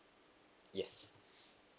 yes